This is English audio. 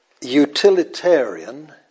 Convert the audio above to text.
Utilitarian